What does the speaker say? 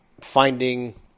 finding